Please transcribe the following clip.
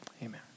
Amen